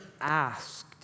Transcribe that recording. asked